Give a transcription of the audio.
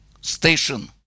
station